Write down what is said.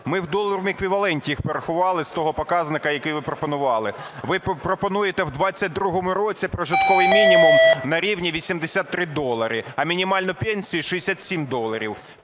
Ми в доларовому еквіваленті їх порахували з того показника, який ви пропонували. Ви пропонуєте в 22-му році прожитковий мінімум на рівні 83 долари, а мінімальну пенсію 67 доларів.